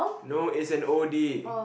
no it's an oldie